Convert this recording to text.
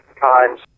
times